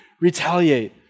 retaliate